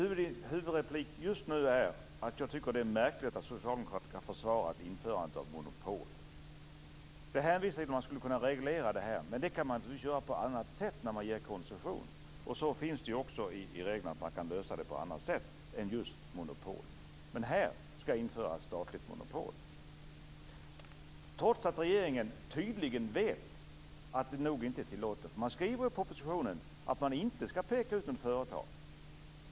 Min huvudreplik just nu är att jag tycker att det är märkligt att socialdemokraterna kan försvara införande av monopol. Det hänvisas till att man skulle kunna reglera detta. Men det kan man naturligtvis göra på annat sätt när man ger koncession. Sedan finns det ju också i reglerna att man kan lösa det på annat sätt än just genom monopol. Men här skall införas statligt monopol, trots att regeringen tydligen vet att det nog inte är tillåtet. Man skriver i propositionen att man inte skall peka ut något företag.